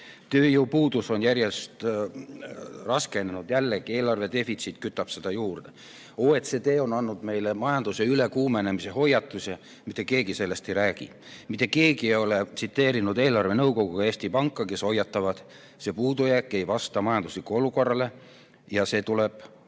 Tööjõupuudus on järjest raskenenud, jällegi, eelarve defitsiit kütab seda juurde. OECD on andnud meile majanduse ülekuumenemise hoiatuse, mitte keegi sellest ei räägi. Mitte keegi ei ole tsiteerinud eelarvenõukogu ega Eesti Panka, kes hoiatavad: see puudujääk ei vasta majanduslikule olukorrale ja see tuleb